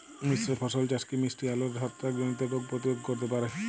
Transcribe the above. মিশ্র ফসল চাষ কি মিষ্টি আলুর ছত্রাকজনিত রোগ প্রতিরোধ করতে পারে?